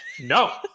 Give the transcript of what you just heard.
No